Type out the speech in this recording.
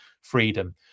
Freedom